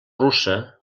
russa